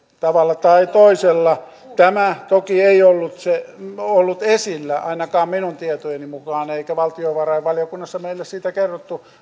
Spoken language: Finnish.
tavalla tai toisella tämä toki ei ollut esillä ainakaan minun tietojeni mukaan eikä valtiovarainvaliokunnassa meille siitä kerrottu